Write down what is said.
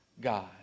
God